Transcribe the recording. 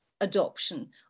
adoption